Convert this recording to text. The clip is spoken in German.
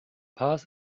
paz